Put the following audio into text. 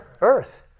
Earth